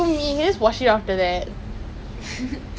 serious டா நான்:da naan like joke பண்ணவே இல்லே:pannave ille